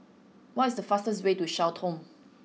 what is the fastest way to Sao Tome